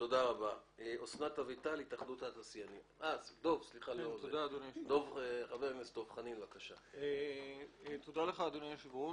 תודה לך, אדוני היושב-ראש.